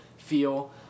feel